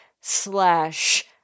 slash